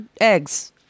eggs